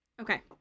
Okay